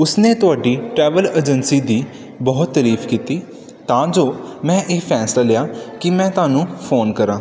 ਉਸਨੇ ਤੁਹਾਡੀ travel agency ਦੀ ਬਹੁਤ ਤਾਰੀਫ ਕੀਤੀ ਤਾਂ ਜੋ ਮੈਂ ਇਹ ਫੈਸਲਾ ਲਿਆ ਕਿ ਮੈਂ ਤੁਹਾਨੂੰ ਫੋਨ ਕਰਾਂ